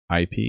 IP